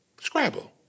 Scrabble